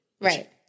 right